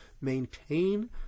maintain